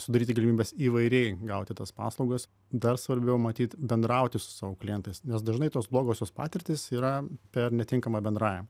sudaryti galimybes įvairiai gauti tas paslaugas dar svarbiau matyt bendrauti su savo klientais nes dažnai tos blogosios patirtys yra per netinkamą bendravimą